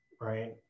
right